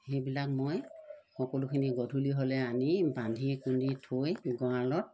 সেইবিলাক মই সকলোখিনি গধূলি হ'লে আনি বান্ধি কুন্ধি থৈ গঁড়ালত